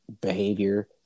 behavior